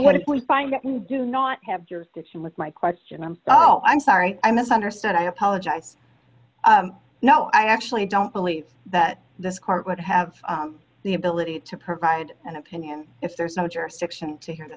what if we find that do not have jurisdiction with my question i'm sol i'm sorry i misunderstood i apologize no i actually don't believe that this court would have the ability to provide an opinion if there is no jurisdiction to hear th